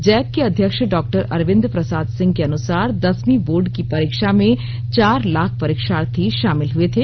Jack के अध्यक्ष डॉ अरविंद प्रसाद सिंह के अनुसार दसवीं बोर्ड की परीक्षा में चार लाख परीक्षार्थी शामिल हुए थे